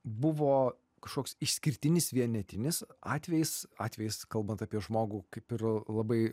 buvo kašoks išskirtinis vienetinis atvejis atvejis kalbant apie žmogų kaip ir labai